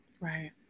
Right